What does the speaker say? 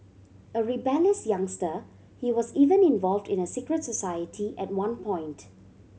a rebellious youngster he was even involved in a secret society at one point